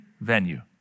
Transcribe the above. venue